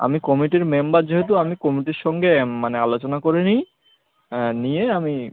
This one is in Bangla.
আমি কমিটির মেম্বার যেহেতু আমি কমিটির সঙ্গে মানে আলোচনা করে নিই নিয়ে আমি